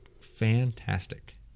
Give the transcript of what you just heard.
fantastic